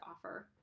offer